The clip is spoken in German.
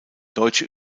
deutsche